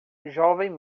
jovem